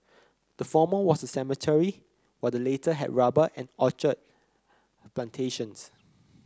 the former was a cemetery while the latter had rubber and orchard plantations